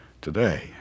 today